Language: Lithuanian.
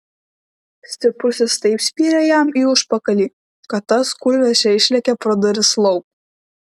stiprusis taip spyrė jam į užpakalį kad tas kūlversčia išlėkė pro duris lauk